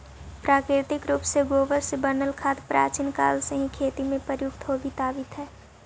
प्राकृतिक रूप से गोबर से बनल खाद प्राचीन काल से ही खेती में प्रयुक्त होवित आवित हई